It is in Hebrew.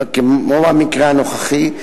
כמו במקרה הנוכחי,